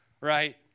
right